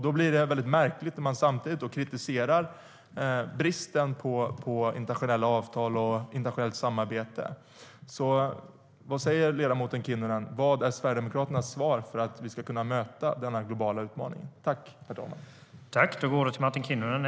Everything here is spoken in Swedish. Då blir det väldigt märkligt när man samtidigt kritiserar bristen på internationella avtal och internationellt samarbete. Vad säger ledamoten Kinnunen? Vad är Sverigedemokraternas svar för att vi ska kunna möta den globala utmaningen?